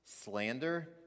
slander